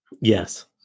Yes